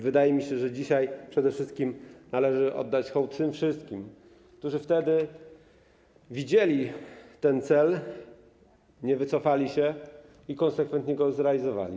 Wydaje mi się zatem, że dzisiaj przede wszystkim należy oddać hołd tym wszystkim, którzy wtedy widzieli ten cel, nie wycofali się i konsekwentnie go realizowali.